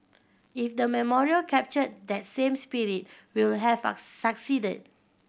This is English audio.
if the memorial captured that same spirit we will have a succeeded